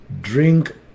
Drink